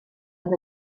oedd